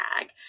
tag